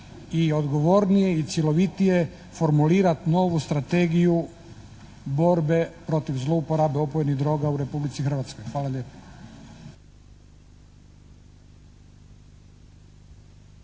i odgovornije i cjelovitije formulirati novu strategiju borbe protiv zlouporabe opojnih droga u Republici Hrvatskoj. Hvala lijepa.